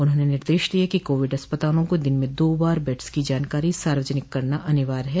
उन्होंने निर्देश दिये कि कोविड अस्पतालों को दिन में दो बार बेड़स की जानकारी सार्वजनिक करना अनिवार्य है